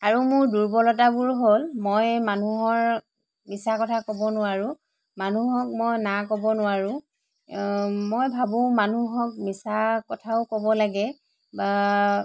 আৰু মোৰ দুৰ্বলতাবোৰ হ'ল মই মানুহৰ মিছা কথা কব নোৱাৰোঁ মানুহক মই না কোনো নোৱাৰোঁ মই ভাবোঁ মানুহক মিছা কথাও ক'ব লাগে